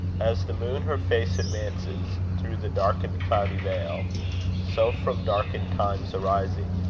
as the moon her face advances through the darkened cloudy veil so, from darkened times arising,